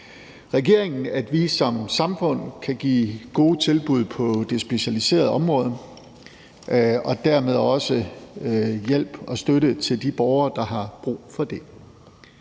regeringen, at vi som samfund kan give nogle gode tilbud på det specialiserede område og dermed også hjælp og støtte til de borgere, der har brug for det.